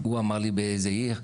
הוא אמר לי באיזה עיר,